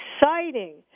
exciting